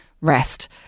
Rest